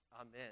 Amen